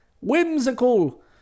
Whimsical